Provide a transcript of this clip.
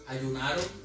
Ayunaron